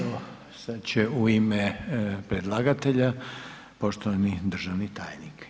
Evo sad će u ime predlagatelja poštovani državni tajnik.